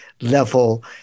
level